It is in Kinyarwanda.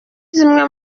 zimwe